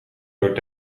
door